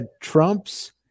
Trump's